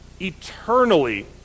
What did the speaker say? eternally